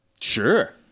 Sure